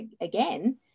again